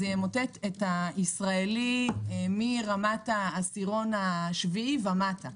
זה ימוטט את כל הישראלים מרמת העשירון השביעי ומטה.